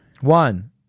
One